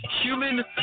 human